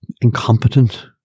incompetent